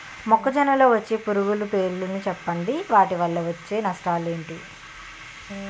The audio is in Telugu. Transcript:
మొక్కజొన్న లో వచ్చే పురుగుల పేర్లను చెప్పండి? వాటి వల్ల నష్టాలు ఎంటి?